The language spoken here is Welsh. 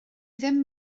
ddim